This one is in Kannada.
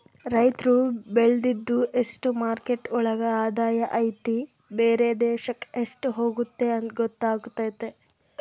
ರೈತ್ರು ಬೆಳ್ದಿದ್ದು ಎಷ್ಟು ಮಾರ್ಕೆಟ್ ಒಳಗ ಆದಾಯ ಐತಿ ಬೇರೆ ದೇಶಕ್ ಎಷ್ಟ್ ಹೋಗುತ್ತೆ ಗೊತ್ತಾತತೆ